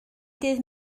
dydd